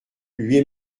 lui